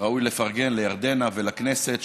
ראוי לפרגן לירדנה ולכנסת,